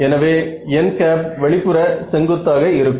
எனவே n வெளிப்புற செங்குத்தாக இருக்கும்